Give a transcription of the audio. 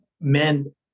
men